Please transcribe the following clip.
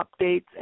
updates